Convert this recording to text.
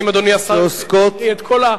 האם אדוני השר מתכוון להביא את כל,